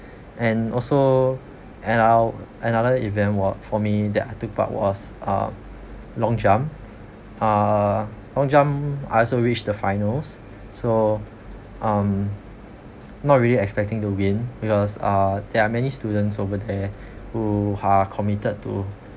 and also and our another event wa~ for me that I took part was uh long jump uh long jump I also reached the finals so um not really expecting to win because uh there are many students over there who are committed to